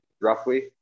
roughly